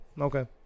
Okay